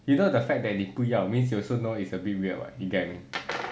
you know the fact that 你不要 means you also know is a bit weird what you know what I mean